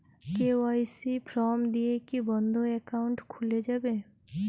KYC form দিয়ে কি বন্ধ একাউন্ট খুলে যাবে?